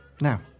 Now